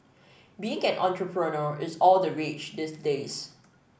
being an entrepreneur is all the rage these days